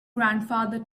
grandfather